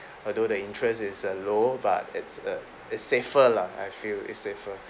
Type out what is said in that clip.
although the interest is a low but it's a it's safer lah I feel is safer